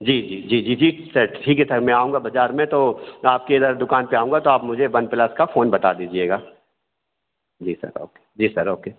जी जी जी जी जी सर ठीक है सर मैं आऊँगा बाजार में तो आपके इधर दुकान पे आऊँगा तो आप मुझे वन प्लस का फ़ोन बता दीजिएगा जी सर ओके जी सर ओके